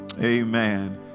amen